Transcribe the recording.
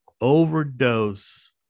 overdose